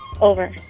Over